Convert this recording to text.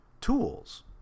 tools